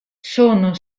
sono